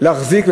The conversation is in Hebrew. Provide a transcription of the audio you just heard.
להחזיק,